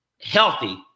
healthy